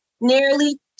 nearly